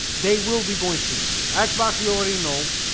they will be going streamers and xbox. we already know